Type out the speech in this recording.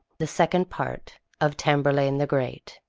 the second part of tamburlaine the great.